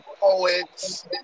poets